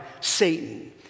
Satan